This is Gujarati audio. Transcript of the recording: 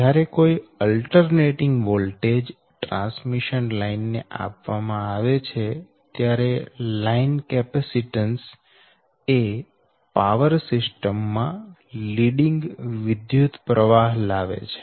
જ્યારે કોઈ અલ્ટરનેટીંગ વોલ્ટેજ ટ્રાન્સમીશન લાઈન ને આપવામાં આવે છે ત્યારે લાઈન કેપેસીટન્સ એ પાવર સિસ્ટમ માં લીડીંગ વિદ્યુતપ્રવાહ લાવે છે